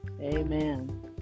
Amen